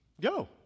Go